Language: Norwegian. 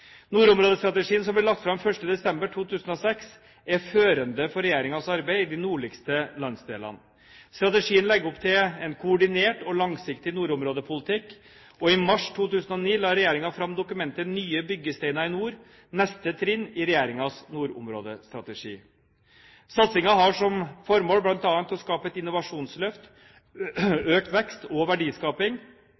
Nordområdestrategien som ble lagt fram 1. desember 2006, er førende for regjeringens arbeid i de nordligste landsdelene. Strategien legger opp til en koordinert og langsiktig nordområdepolitikk, og i mars 2009 la regjeringen fram dokumentet «Nye byggesteiner i nord. Neste trinn i Regjeringens nordområdestrategi». Satsingen har som formål bl.a. å skape et innovasjonsløft,